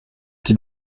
die